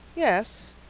yes,